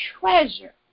treasure